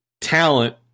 talent